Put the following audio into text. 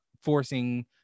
forcing